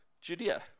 Judea